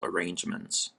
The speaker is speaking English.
arrangements